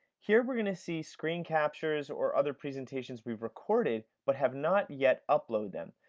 here we're going to see screencaptures or other presentations we've recorded but have not yet uploaded them.